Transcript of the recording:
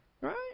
Right